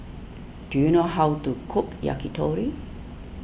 do you know how to cook Yakitori